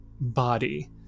body